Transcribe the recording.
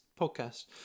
podcast